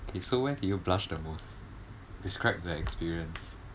K so when do you blush the most describe the experience